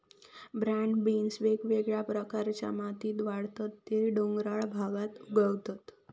broad beans वेगवेगळ्या प्रकारच्या मातीत वाढतत ते डोंगराळ भागात उगवतत